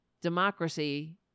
Democracy